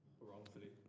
wrongfully